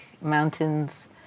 mountains